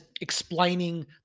explaining